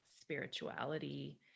spirituality